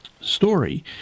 story –